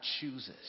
chooses